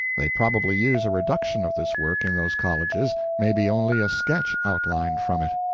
they probably use a reduction of this work in those colleges, maybe only a sketch outlined from it.